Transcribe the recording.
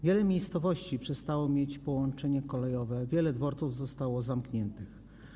Wiele miejscowości przestało mieć połączenie kolejowe, wiele dworców zostało zamkniętych.